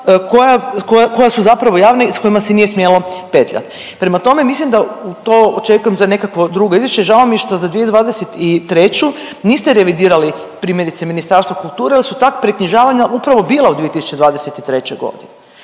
koja su zapravo javna i s kojima se nije smjelo petljat. Prema tome, mislim da to očekujem za nekakvo drugo izvješće. Žao mi što za 2023. niste revidirali primjerice Ministarstvo kulture jel su ta preknjižavanja upravo bila u 2023.g.